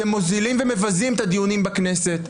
אתם מוזילים ומבזים את הדיונים בכנסת,